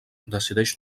decideix